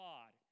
God